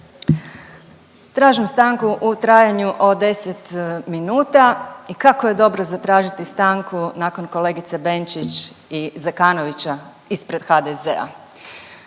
Tražim stanku u trajanju od 10 minuta i kako je dobro zatražiti stranku nakon kolegice Benčić i Zekanovića ispred HDZ-a.